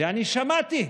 ואני שמעתי,